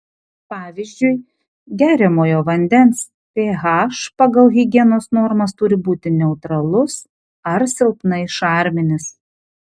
pavyzdžiui geriamojo vandens ph pagal higienos normas turi būti neutralus ar silpnai šarminis